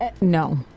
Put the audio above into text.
No